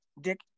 dick